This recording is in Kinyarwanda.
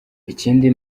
ikindi